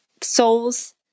souls